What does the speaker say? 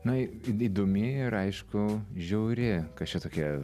na į įdomi ir aišku žiauri kas čia tokia